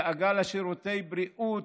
דאגה לשירותי בריאות,